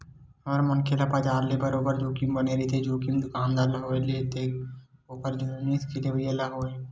हर मनखे ल बजार ले बरोबर जोखिम बने रहिथे, जोखिम दुकानदार ल होवय ते ओखर जिनिस के लेवइया ल होवय